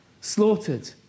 slaughtered